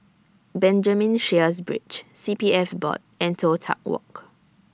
Benjamin Sheares Bridge C P F Board and Toh Tuck Walk